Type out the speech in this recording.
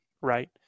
right